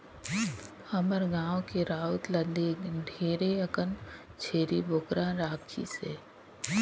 हमर गाँव के राउत ल देख ढेरे अकन छेरी बोकरा राखिसे